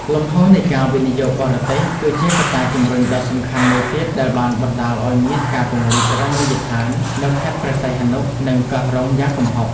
លំហូរនៃការវិនិយោគបរទេស គឺជាកត្តាជំរុញដ៏សំខាន់មួយទៀតដែលបានបណ្ដាលឲ្យមានការពង្រីករមណីយដ្ឋាននៅខេត្តព្រះសីហនុ និងកោះរ៉ុងយ៉ាងគំហុក។